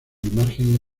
margen